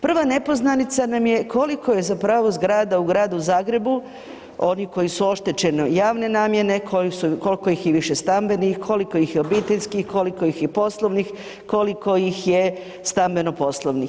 Prva nepoznanica nam je koliko je zapravo zgrada u Gradu Zagrebu, oni koji su oštećene javne namjene, koji su, koliko ih je višestambenih, koliko ih je obiteljskih, koliko ih je poslovnih, koliko ih je stambeno-poslovnih.